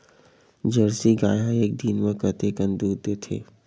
Jersey गाय ह एक दिन म कतेकन दूध देथे?